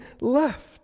left